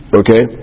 okay